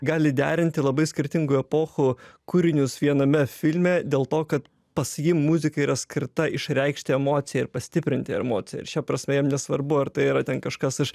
gali derinti labai skirtingų epochų kūrinius viename filme dėl to kad pas jį muzika yra skirta išreikšti emociją ir pastiprinti emociją ir šia prasme jam nesvarbu ar tai yra ten kažkas iš